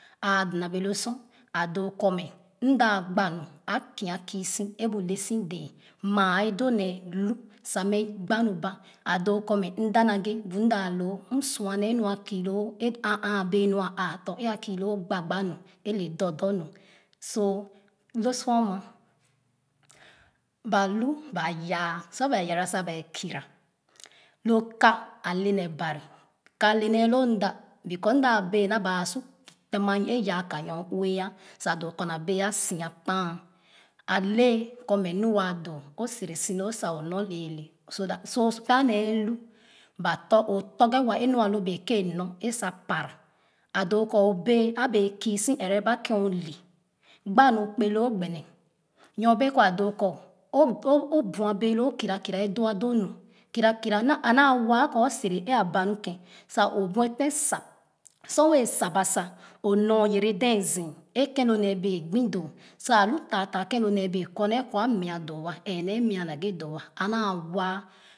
A͂a͂ dana bee lo sor a doo kͻ mε mda gbaa nu a kia kii si é bu lesi dee maa edoo maa e doo nee lu sa mε gbanu ba a doo kͻ mε mda na-ghe bu mda loo m sua nee nu a kii loo a͂a͂ a͂a͂ bee ue a͂a͂ tͻ kii. loo gbagba nune dͻ dͻ nu so lo sor ama balu ba yaa sor baa yara sa baa kira lo ka ale nee ban ka nee loo mda because m da bee naa ba su te ma nyo ve a doo kͻ naa bee a sia kpae ale kͻ mε. nu waa doo o sere si lo sa o nor lεεlε so that pya nee elu ba dͻ o tͻrge wa e nu alo be ke nor e sa para a doo kͻ obèè a bee kii si εrε ba ken ole abamu kpeloo gbene nyo bee kͻ a doo kͻ o bua bee loo kerakera a doo adoo nu kerakera a naa wa kͻ o sere a ba nu ken sa o buefe sab sor wεε sab ba sa o nor yere dee zii a ken lo nee bee gbi doo sa a lu taafaa ken lo nee kͻ nee kͻ a meah doo εε naa meah naghe doo'anaa wa